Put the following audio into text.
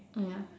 ya